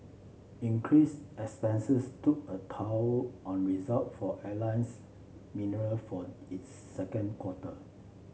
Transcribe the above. increased expenses took a toll on result for Alliance Mineral for its second quarter